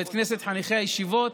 בבית כנסת חניכי הישיבות,